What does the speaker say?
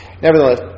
Nevertheless